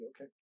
okay